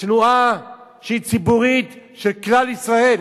תנועה שהיא ציבורית, של כלל ישראל,